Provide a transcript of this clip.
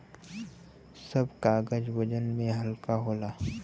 सब कागज वजन में हल्का होला